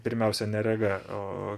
pirmiausia ne rega o